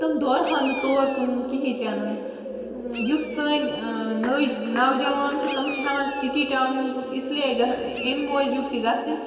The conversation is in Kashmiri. تِم دورٕہن نہٕ تور کُن کِہیٖنۍ تہِ نَن یُس سٲنۍ نٔے نَوجوان چھِ تِم چھِ ہٮ۪وان سِٹی ٹاونَن کُن اِسلیے گہ اَمہِ موٗجوٗب تہِ گَژھٕنۍ